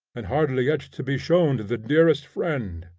and hardly yet to be shown to the dearest friend.